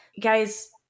Guys